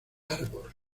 arbor